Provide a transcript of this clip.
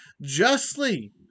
Justly